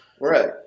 Right